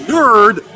Nerd